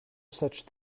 such